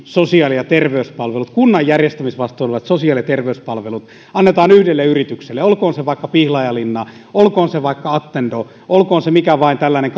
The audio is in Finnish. sosiaali ja terveyspalvelut kunnan järjestämisvastuulla olevat sosiaali ja terveyspalvelut annetaan yhdelle yritykselle olkoon se vaikka pihlajalinna olkoon se vaikka attendo olkoon se mikä vain tällainen